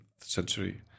century